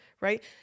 right